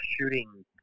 shooting